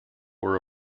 were